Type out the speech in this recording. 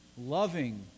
loving